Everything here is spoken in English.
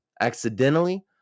accidentally